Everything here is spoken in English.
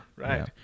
right